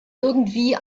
irgendwie